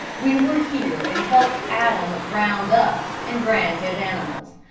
we were here and helped adam round up and brand his animals.